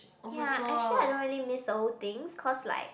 ya actually I don't really miss old things cause like